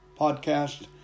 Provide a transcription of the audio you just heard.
podcast